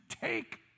take